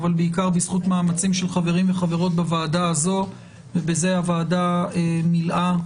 אבל בעיקר בזכות מאמצים של חברים וחברות בוועדה הזו ובזה הוועדה מילאה,